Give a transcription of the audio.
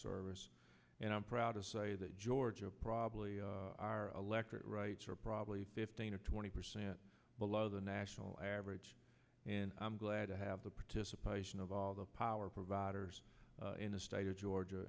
service and i'm proud to say that george will probably our electric rights are probably fifteen or twenty percent below the national average and i'm glad to have the participation of all the power providers in the state of georgia